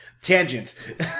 tangent